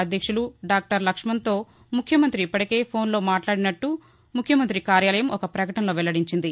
అధ్యక్షులు డాక్టర్ లక్ష్మణ్తో ముఖ్యమంతి ఇప్పటికే ఫోన్లో మాట్లాడినట్లు ముఖ్యమంతి కార్యాలయం ఒక ప్రకటనలో వెల్లడించింది